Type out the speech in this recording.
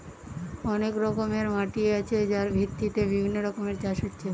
অনেক রকমের মাটি আছে যার ভিত্তিতে বিভিন্ন রকমের চাষ হচ্ছে